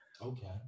okay